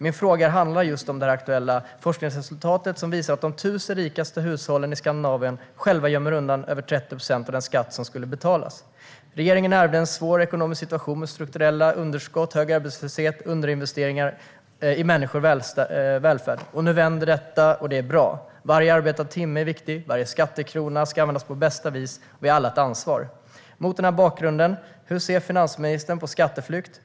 Min fråga handlar just om det aktuella forskningsresultatet som visar att de 1 000 rikaste hushållen i Skandinavien gömmer undan över 30 procent av den skatt som skulle betalas. Regeringen ärvde en svår ekonomisk situation med strukturella underskott, hög arbetslöshet och underinvesteringar i människors välfärd. Nu vänder detta, och det är bra. Varje arbetad timme är viktig. Varje skattekrona ska användas på bästa sätt. Och vi har alla ett ansvar. Mot denna bakgrund undrar jag: Hur ser finansministern på skatteflykt?